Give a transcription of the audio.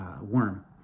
worm